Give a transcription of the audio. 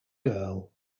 girl